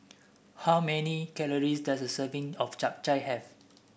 how many calories does a serving of Chap Chai have